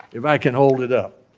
if i can hold it up,